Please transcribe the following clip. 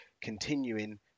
continuing